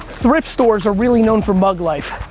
thrift stores are really known for mug life.